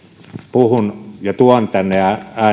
puhun ja tuon tänne